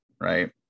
right